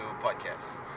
podcasts